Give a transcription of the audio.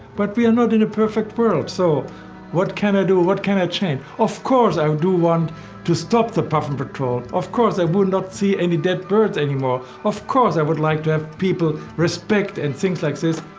but we're not in a perfect world. so what can i do, what can i change? of course, i do want to stop the puffin patrol. of course i would not see any dead birds anymore. of course, i would like to have people respect and think like this.